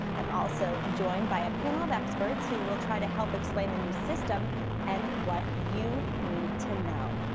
i'm also joined by a panel of experts who will try to help explain the new system and what you need to know.